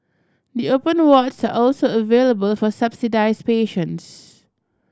the open wards are also available for subsidised patients